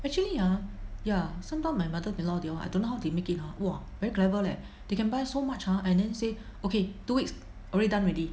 actually ya ya sometime my mother in law they all right I don't know how they make it hor !wah! very clever leh they can buy so much ah and then say okay two weeks already done already